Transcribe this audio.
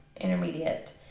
intermediate